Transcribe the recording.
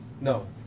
No